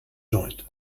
joint